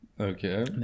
Okay